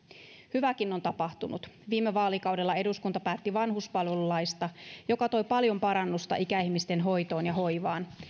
hyvääkin on tapahtunut viime vaalikaudella eduskunta päätti vanhuspalvelulaista joka toi paljon parannusta ikäihmisten hoitoon ja hoivaan